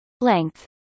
Length